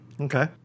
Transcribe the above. Okay